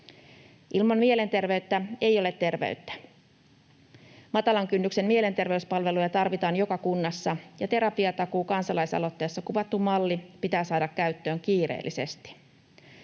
Ilman mielenterveyttä ei ole terveyttä. Matalan kynnyksen mielenterveyspalveluja tarvitaan joka kunnassa, ja Terapiatakuu-kansalaisaloitteessa kuvattu malli pitää saada käyttöön kiireellisesti.